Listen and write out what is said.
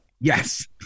Yes